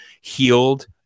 healed